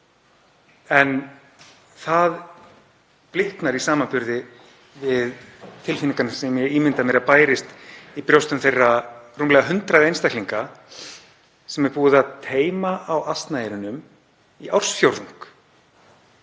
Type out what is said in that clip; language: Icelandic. En það bliknar í samanburði við tilfinningarnar sem ég ímynda mér að bærist í brjóstum þeirra rúmlega 100 einstaklinga sem er búið að teyma á asnaeyrunum í ársfjórðung.